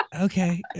Okay